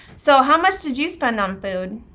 so how much did you spend on food?